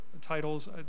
titles